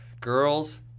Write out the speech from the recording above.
girls